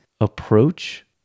approach